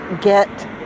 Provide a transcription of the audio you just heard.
get